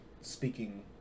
speaking